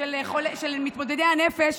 של מתמודדי הנפש.